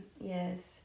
Yes